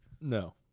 No